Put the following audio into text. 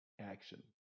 action